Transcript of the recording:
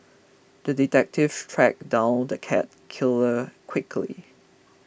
the detective tracked down the cat killer quickly